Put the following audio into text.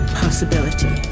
possibility